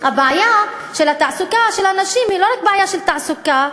הבעיה של תעסוקת הנשים היא לא רק בעיה של תעסוקה,